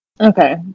Okay